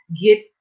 get